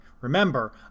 Remember